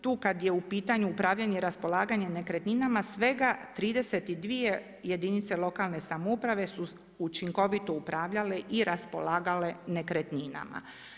Tu kada je u pitanju upravljanje i raspolaganje nekretninama svega 32 jedinice lokalne samouprave učinkovito upravljale i raspolagale nekretninama.